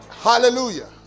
Hallelujah